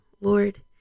Lord